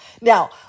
now